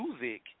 music